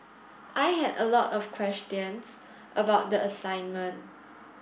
I had a lot of questions about the assignment